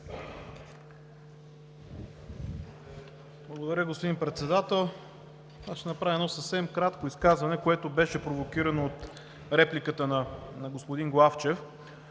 Благодаря, господин Председател. Аз ще направя едно съвсем кратко изказване, което беше провокирано от репликата на господин Главчев.